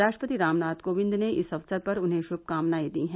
राष्ट्रपति रामनाथ कोविंद ने इस अवसर पर उन्हें श्भकामनाएं दी हैं